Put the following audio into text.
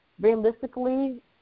realistically